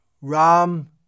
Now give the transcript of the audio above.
Ram